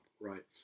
right